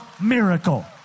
miracle